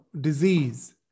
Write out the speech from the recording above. disease